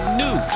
new